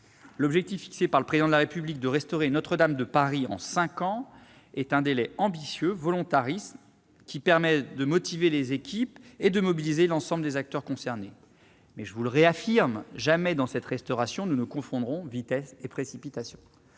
L'objectif fixé par le Président de la République de restaurer Notre-Dame de Paris en cinq ans est ambitieux et volontariste. Il permet de motiver les équipes et mobiliser l'ensemble des acteurs concernés. Mais je le réaffirme ici : jamais, dans cette restauration, nous ne confondrons vitesse et précipitation.